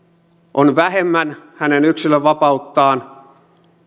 on vähemmän hänen yksilönvapauttaan